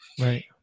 Right